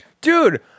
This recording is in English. dude